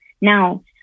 Now